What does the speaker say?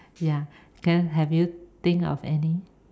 ya can have you think of any